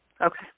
Okay